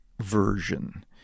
version